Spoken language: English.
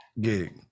gig